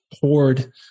poured